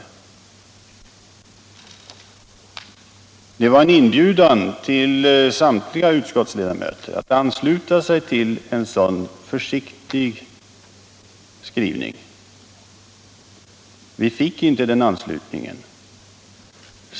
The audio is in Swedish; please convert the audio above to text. Denna försiktiga skrivning var en inbjudan till samtliga utskottsledamöter att ansluta sig. Vi fick inte den anslutningen.